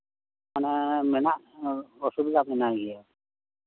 ᱢᱟᱱᱮ ᱢᱮᱱᱟᱜ ᱚᱥᱩᱵᱤᱫᱷᱟ ᱢᱮᱱᱟᱭ ᱜᱮᱭᱟ